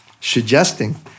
suggesting